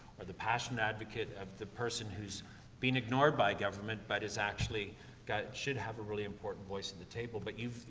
or the passionate advocate of the person who's been ignored by government but has actually got should have a really important voice at the table, but you've,